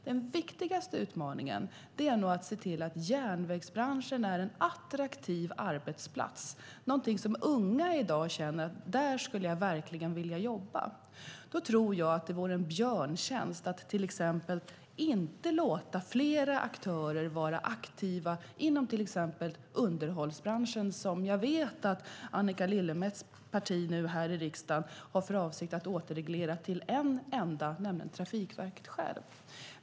Den viktigaste utmaningen är att se till att järnvägsbranschen är en attraktiv arbetsplats där unga vill jobba. Det vore en björntjänst att inte låta fler aktörer vara aktiva inom till exempel underhållsbranschen, som jag vet att Annika Lillemets parti i riksdagen har för avsikt att återreglera till en aktör, nämligen Trafikverket självt.